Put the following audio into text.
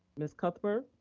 mrs. cuthbert.